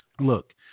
Look